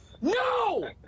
no